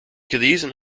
gelesen